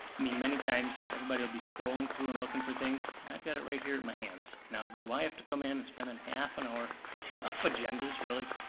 mean many times, everybody will be scrolling through and looking for things, and i've got it right here in my hands. now do i have to come in and spend half an hour printing off agendas, really?